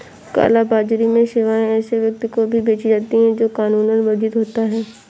काला बाजारी में सेवाएं ऐसे व्यक्ति को भी बेची जाती है, जो कानूनन वर्जित होता हो